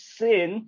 sin